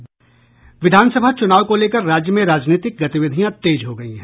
विधान सभा चुनाव को लेकर राज्य में राजनीतिक गतिविधियां तेज हो गयी है